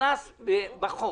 אני לא הבנתי את מה שאתה אומר.